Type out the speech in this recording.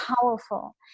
powerful